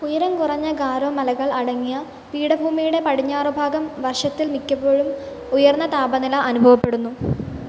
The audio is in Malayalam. ഉയരം കുറഞ്ഞ ഗാരോമലകൾ അടങ്ങിയ പീഠഭൂമിയുടെ പടിഞ്ഞാറുഭാഗം വർഷത്തിൽ മിക്കപ്പോഴും ഉയർന്ന താപനില അനുഭവപ്പെടുന്നു